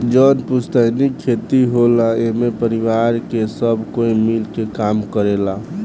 जवन पुस्तैनी खेत होला एमे परिवार के सब कोई मिल के काम करेला